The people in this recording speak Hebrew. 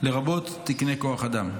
לרבות תקני כוח אדם.